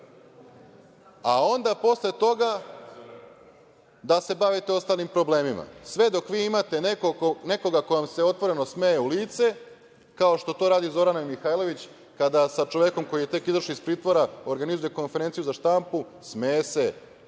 a onda posle toga da se bavite ostalim problemima. Sve dok vi imate nekoga ko vam se otvoreno smeje u lice, kao što to radi Zorana Mihajlović kada sa čovekom koji je tek izašao iz pritvora organizuje konferenciju za štampu, smeje se